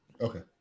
Okay